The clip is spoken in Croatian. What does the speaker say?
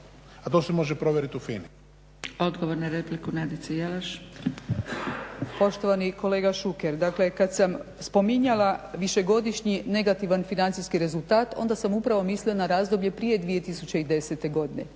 Odgovor na repliku, Nadica Jelaš. **Jelaš, Nadica (SDP)** Poštovani kolega Šuker, dakle kad sam spominjala višegodišnji negativan financijski rezultat onda sam upravo mislila na razdoblje prije 2010. godine.